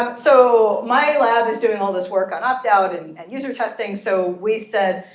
so my lab is doing all this work on opt out and and user testing. so we said,